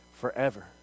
forever